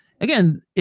again